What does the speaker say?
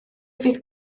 fydd